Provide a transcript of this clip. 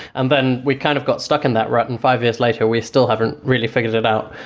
and then we kind of got stuck in that rut, and five years later we still haven't really figured it out.